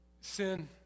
Sin